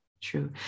true